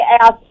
ask